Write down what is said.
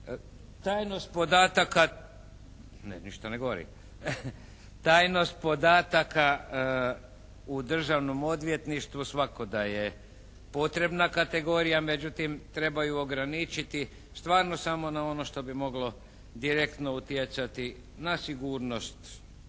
Tajnost podataka u Državnom odvjetništvu svakako da je potrebna kategorija, međutim treba ju ograničiti stvarno samo na ono što bi moglo direktno utjecati na sigurnost Republike